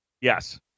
Yes